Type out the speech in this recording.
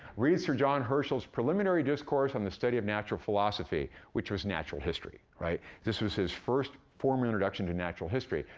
reads sir john herschel's preliminary discourse on the study of natural philosophy, which was natural history, right? this was his first formal introduction to natural history.